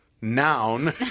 noun